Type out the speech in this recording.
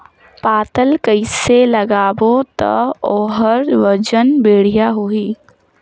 पातल कइसे लगाबो ता ओहार वजन बेडिया आही?